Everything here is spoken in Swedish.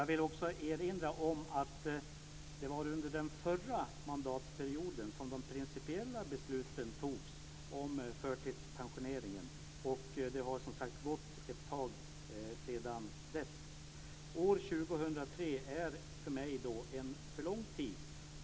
Jag vill också erinra om att det var under den förra mandatperioden som de principiella besluten om förtidspensioneringen fattades, och det har som sagt gått en tid sedan dess. Tiden fram till år 2003 är för mig en för lång tid.